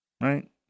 Right